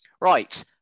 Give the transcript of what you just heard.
Right